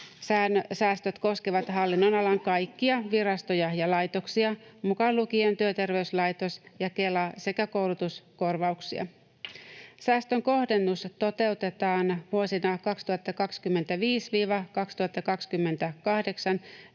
Säästöt koskevat hallinnonalan kaikkia virastoja ja laitoksia, mukaan lukien Työterveyslaitos ja Kela, sekä koulutuskorvauksia. Säästön kohdennus toteutetaan vuosina 2025—2028